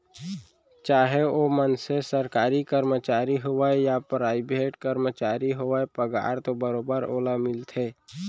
चाहे ओ मनसे सरकारी कमरचारी होवय या पराइवेट करमचारी होवय पगार तो बरोबर ओला मिलथे